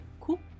Cool